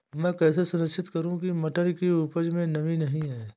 मैं कैसे सुनिश्चित करूँ की मटर की उपज में नमी नहीं है?